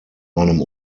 einem